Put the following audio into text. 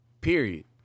Period